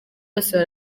bose